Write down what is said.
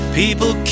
people